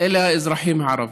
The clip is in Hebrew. אלה האזרחים הערביים.